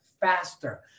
faster